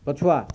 ପଛୁଆ